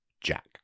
Jack